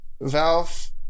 Valve